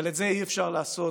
אבל את זה אי-אפשר לעשות